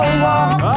walk